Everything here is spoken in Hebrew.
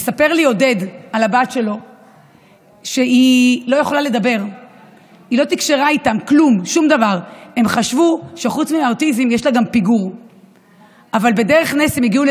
בת 23. עמנואל מייצג במאבקו את כל המשפחות